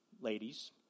ladies